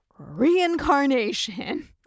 Reincarnation